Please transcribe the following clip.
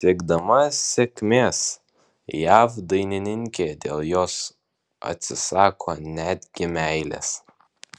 siekdama sėkmės jav dainininkė dėl jos atsisako netgi meilės